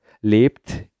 lebt